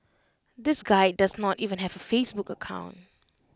this guy does not even have A Facebook account